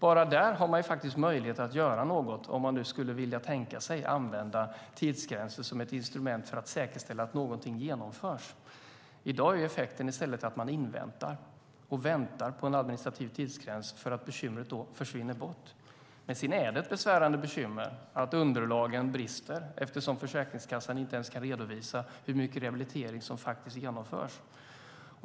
Bara där har man möjligheter att göra något om man skulle vilja tänka sig att använda tidsgränser som ett instrument för att säkerställa att någonting genomförs. I dag är effekten i stället att man inväntar och väntar på en administrativ tidsgräns för att bekymret ska försvinna. Sedan är det ett besvärande bekymmer att underlagen brister eftersom Försäkringskassan inte ens kan redovisa hur mycket rehabilitering som faktiskt genomförs.